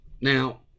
Now